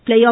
play ஆ